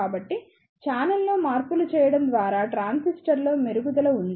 కాబట్టి ఛానెల్లో మార్పులు చేయడం ద్వారా ట్రాన్సిస్టర్లో మెరుగుదల ఉంది